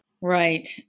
Right